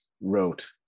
wrote